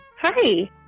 Hi